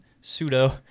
Pseudo